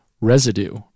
Residue